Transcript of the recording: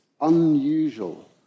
unusual